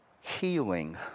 healing